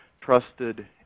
trusted